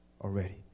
already